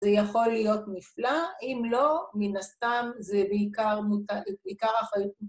זה יכול להיות נפלא, אם לא, מן הסתם זה בעיקר אחריות...